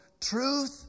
Truth